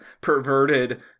perverted